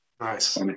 Nice